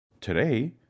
Today